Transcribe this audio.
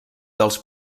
dels